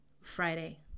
Friday